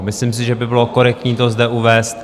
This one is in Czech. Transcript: Myslím si, že by bylo korektní to zde uvést.